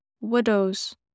widows